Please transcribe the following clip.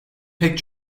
pek